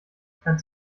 kein